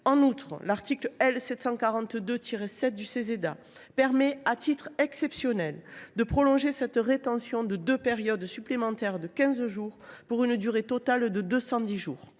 En outre, l’article L. 742 7 du Ceseda permet « à titre exceptionnel » de prolonger cette rétention de deux périodes supplémentaires de 15 jours, pour une durée totale de 210 jours.